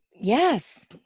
Yes